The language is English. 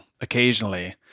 occasionally